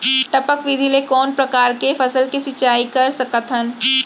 टपक विधि ले कोन परकार के फसल के सिंचाई कर सकत हन?